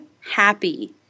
happy